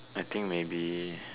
I think maybe